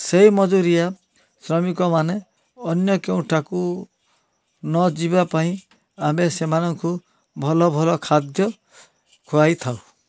ସେଇ ମଜୁରିଆ ଶ୍ରମିକମାନେ ଅନ୍ୟ କେଉଁଠାକୁ ନ ଯିବାପାଇଁ ଆମେ ସେମାନଙ୍କୁ ଭଲ ଭଲ ଖାଦ୍ୟ ଖୁଆଇଥାଉ